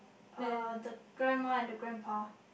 uh the grandma and the grandpa